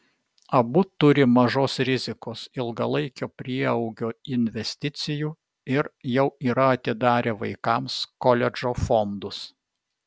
abu turi mažos rizikos ilgalaikio prieaugio investicijų ir jau yra atidarę vaikams koledžo fondus